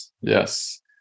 yes